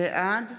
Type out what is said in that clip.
בעד